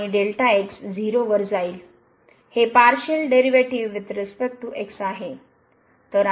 हे partial derivative with respect to x आहे